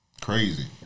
Crazy